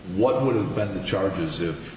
what would have been the charges